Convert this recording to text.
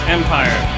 Empire